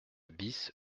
bis